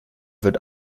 wird